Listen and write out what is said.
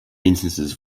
instances